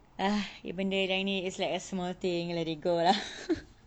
ah benda macam ni is like a small thing let it go lah